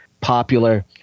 popular